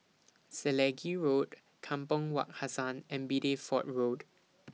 Selegie Road Kampong Wak Hassan and Bideford Road